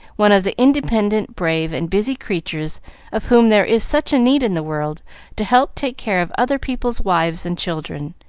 one of the independent, brave, and busy creatures of whom there is such need in the world to help take care of other peoples' wives and children,